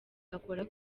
akora